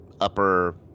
upper